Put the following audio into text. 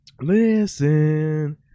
Listen